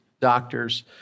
doctors